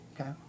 okay